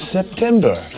September